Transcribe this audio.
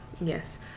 Yes